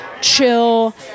chill